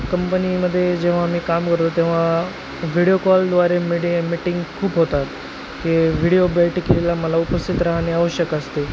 कंपनीमध्ये जेव्हा मी काम करतो तेव्हा व्हिडिओ कॉलद्वारे मिडिंग मिटिंग खूप होतात की व्हिडिओ बैठकीला मला उपस्थित राहने आवश्यक असते